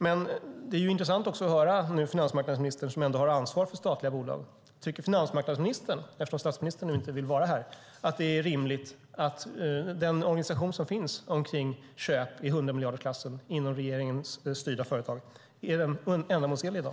Det är också intressant att höra från finansmarknadsministern, som ändå har ansvaret för statliga bolag: Tycker finansmarknadsministern, eftersom statsministern inte vill vara här, att den organisation som finns omkring köp i hundramiljardersklassen inom regeringens styrda företag är ändamålsenlig i dag?